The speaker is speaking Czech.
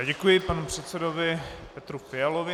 Děkuji panu předsedovi Petru Fialovi.